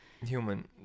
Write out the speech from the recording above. human